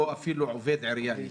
או אפילו עובד עירייה להתחסן.